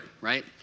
Right